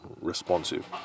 responsive